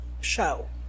show